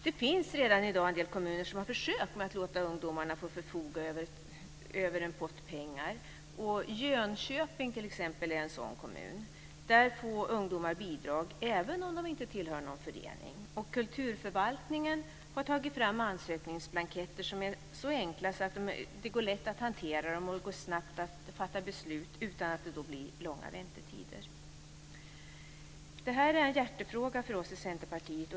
Det finns redan i dag en del kommuner som har försök med att låta ungdomarna förfoga över en pott pengar. Jönköping är t.ex. en sådan kommun. Där får ungdomar bidrag även om de inte tillhör någon förening, och kulturförvaltningen har tagit fram ansökningsblanketter som är enkla. Det går lätt att hantera dem, och det går snabbt att fatta beslut utan att det blir långa väntetider. Det här är en hjärtefråga för oss i Centerpartiet.